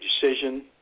decision